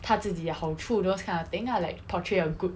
她自己好处 those kind of thing ah like portray a good